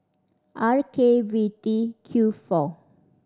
R K V T Q four